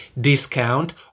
discount